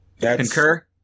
Concur